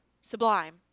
sublime